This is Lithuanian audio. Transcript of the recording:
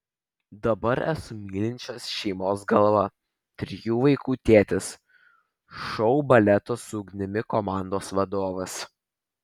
dabar esu mylinčios šeimos galva trijų vaikų tėtis šou baleto su ugnimi komandos vadovas